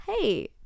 hey